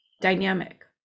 dynamic